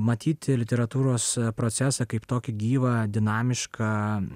matyti literatūros procesą kaip tokį gyvą dinamišką